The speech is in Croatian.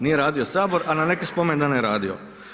Nije radio Sabor, a na neke spomendane je radio.